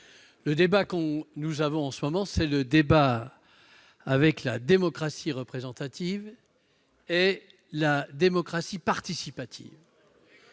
Le débat que nous avons en ce moment est celui qui oppose démocratie représentative et démocratie participative.